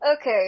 okay